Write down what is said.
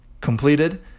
completed